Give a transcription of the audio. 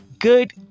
good